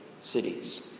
cities